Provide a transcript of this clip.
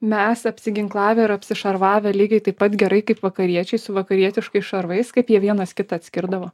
mes apsiginklavę ir apsišarvavę lygiai taip pat gerai kaip vakariečiai su vakarietiškais šarvais kaip jie vienas kitą atskirdavo